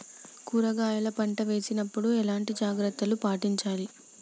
కూరగాయల పంట వేసినప్పుడు ఎలాంటి జాగ్రత్తలు పాటించాలి?